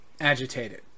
agitated